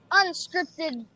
unscripted